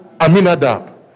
Aminadab